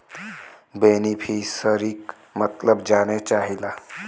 बेनिफिसरीक मतलब जाने चाहीला?